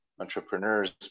entrepreneurs